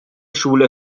schule